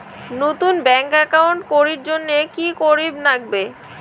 নতুন bank account করির জন্যে কি করিব নাগিবে?